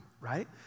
right